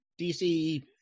dc